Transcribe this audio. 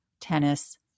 tennis